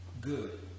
good